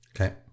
okay